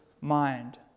mind